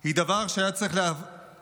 היא דבר שהיה צריך להפחיד